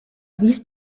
wies